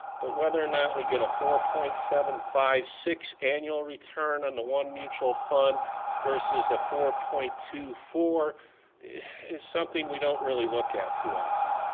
but whether or not we get a four point seven five six annual return on the one mutual fund versus a four point two four is something we don't really look at too often.